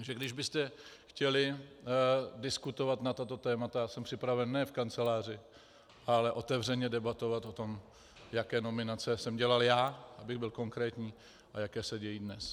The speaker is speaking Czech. Takže kdybyste chtěli diskutovat na tato témata, já jsem připraven ne v kanceláři, ale otevřeně debatovat o tom, jaké nominace jsem dělal já, abych byl konkrétní, a jaké se dějí dnes.